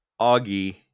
augie